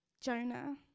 Jonah